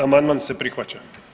Amandman se prihvaća.